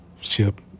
ship